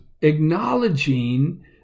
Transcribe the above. acknowledging